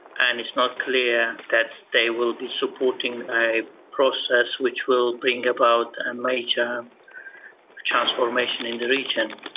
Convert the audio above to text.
and it's not clear that they will be supporting a process which will bring about a major transformation in the region.